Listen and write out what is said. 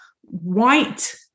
white